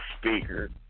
speaker